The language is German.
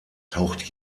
taucht